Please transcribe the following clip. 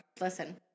Listen